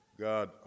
God